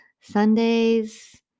Sundays